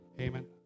Amen